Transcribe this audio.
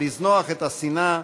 לזנוח את השנאה,